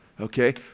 Okay